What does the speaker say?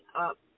up